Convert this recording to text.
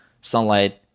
sunlight